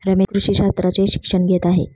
रमेश कृषी शास्त्राचे शिक्षण घेत आहे